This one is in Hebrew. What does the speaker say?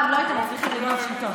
רם, לא הייתם מצליחים לגנוב שלטון.